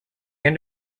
end